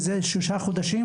מזה שלושה חודשים,